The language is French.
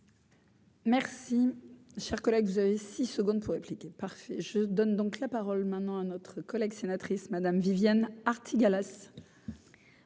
Merci, cher collègue, vous avez 6 secondes pour répliquer parfait je donne donc la parole maintenant à notre collègue sénatrice Madame Viviane Artigalas.